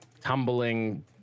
tumbling